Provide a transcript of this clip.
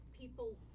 people